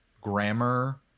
grammar